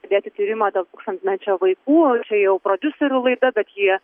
pradėti tyrimą dėl tūkstantmečio vaikų čia jau prodiuserių laida bet jie